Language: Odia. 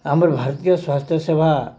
ଆମର ଭାରତୀୟ ସ୍ୱାସ୍ଥ୍ୟ ସେବା